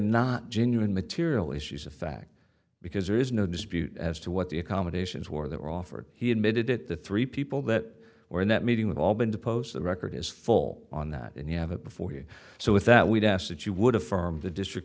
not genuine material issues of fact because there is no dispute as to what the accommodations were that were offered he admitted at the three people that were in that meeting with all been deposed the record is full on that and you have it before you so with that we'd ask that you would affirm the district